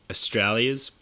Australia's